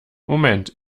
moment